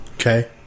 Okay